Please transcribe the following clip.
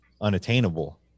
unattainable